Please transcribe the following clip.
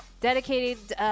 dedicated